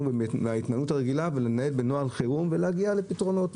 ומההתנהלות הרגילה ולנהל בנוהל חירום ולהגיע לפתרונות.